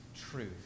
truth